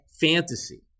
fantasy